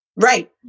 Right